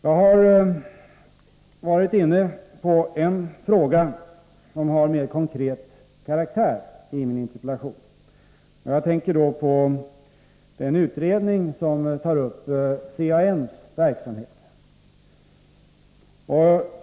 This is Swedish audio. Jag har i min interpellation varit inne på en fråga som har mer konkret karaktär. Jag tänker på den utredning som tar upp CAN:s verksamhet.